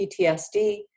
PTSD